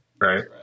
right